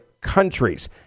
countries